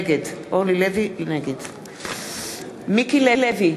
נגד מיקי לוי,